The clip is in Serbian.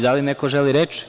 Da li neko želi reč?